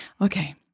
Okay